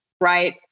right